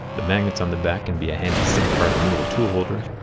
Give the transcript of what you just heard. the magnets on the back can be a handy sim card removal tool holder.